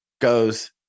goes